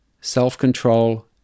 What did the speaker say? self-control